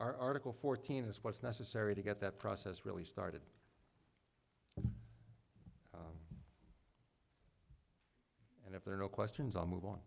article fourteen is what's necessary to get that process really started and if there are no questions on move on